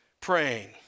praying